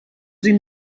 sie